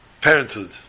parenthood